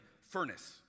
furnace